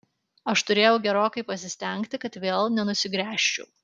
aš turėjau gerokai pasistengti kad vėl nenusigręžčiau